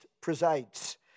presides